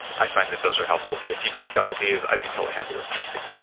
i find that those are helpful, but if you just go with these, i'd be totally happy with that too